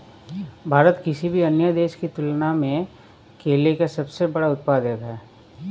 भारत किसी भी अन्य देश की तुलना में केले का सबसे बड़ा उत्पादक है